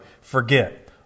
forget